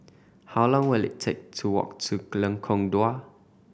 how long will it take to walk to Lengkong Dua